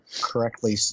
correctly